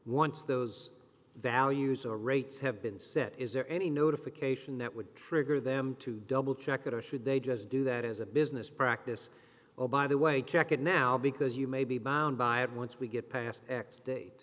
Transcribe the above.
once those values or rates have been set is there any notification that would trigger them to double check it out should they just do that as a business practice oh by the way check it now because you may be bound by it once we get past